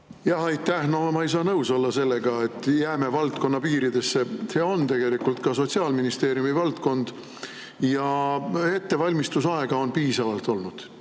Aitäh! No ma ei saa nõus olla sellega, et jääme valdkonna piiridesse. See on tegelikult ka Sotsiaalministeeriumi valdkond ja ettevalmistusaega on olnud